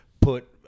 put